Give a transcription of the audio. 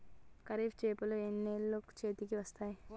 ఖరీఫ్ చేలు ఎన్నాళ్ళకు చేతికి వస్తాయి?